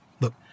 Look